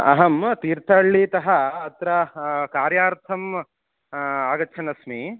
अहं तीर्थहल्लीतः अत्र कार्यार्थम् आगच्छन् अस्मि